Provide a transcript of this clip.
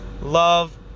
love